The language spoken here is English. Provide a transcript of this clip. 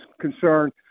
concerned